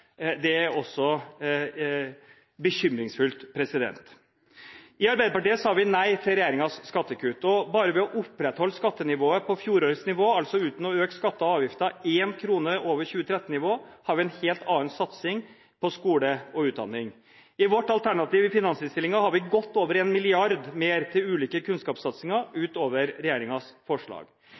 Det er også bekymringsfullt. I Arbeiderpartiet sa vi nei til regjeringens skattekutt. Bare ved å opprettholde skattenivået på fjorårets nivå, altså uten å øke skatter og avgifter én krone over 2013-nivå, har vi en helt annen satsing på skole og utdanning. I vårt alternative budsjett i finansinnstillingen har vi godt over 1 mrd. kr mer til ulike kunnskapssatsinger utover regjeringens forslag.